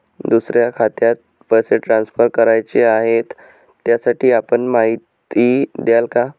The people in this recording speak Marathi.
दुसऱ्या खात्यात पैसे ट्रान्सफर करायचे आहेत, त्यासाठी आपण माहिती द्याल का?